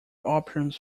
options